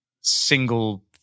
single